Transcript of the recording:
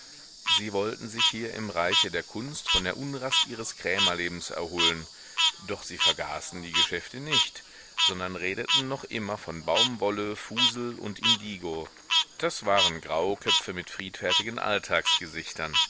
sie wollten sich hier im reiche der kunst von der unrast ihres krämerlebens erholen doch sie vergaßen die geschäfte nicht sondern redeten noch immer von baumwolle fusel und indigo das waren grauköpfe mit friedfertigen